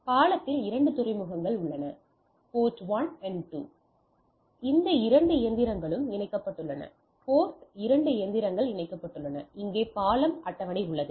பாலத்தில் 2 துறைமுகங்கள் உள்ளன போர்ட் 1 2 இந்த இரண்டு இயந்திரங்களும் இணைக்கப்பட்டுள்ளன போர்ட் 2 இயந்திரங்கள் இணைக்கப்பட்டுள்ளன இங்கே பாலம் அட்டவணை உள்ளது